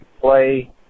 play